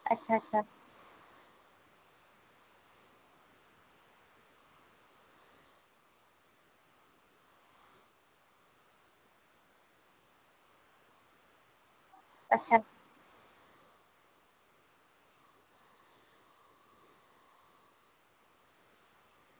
अच्छा अच्छा अच्छा